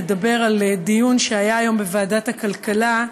לדבר על דיון שהיה היום בוועדת הכלכלה,